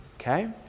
okay